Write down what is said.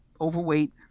overweight